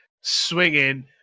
swinging